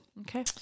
Okay